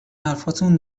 حرفاتون